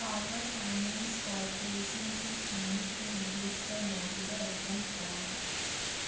power finance corporation से सोने के निवेश पर मौजूदा रिटर्न क्या है